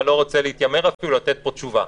ואני לא רוצה להתיימר אפילו לתת פה תשובה.